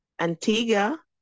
Antigua